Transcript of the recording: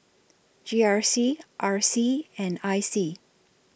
G R C R C and I C